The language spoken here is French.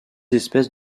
espèces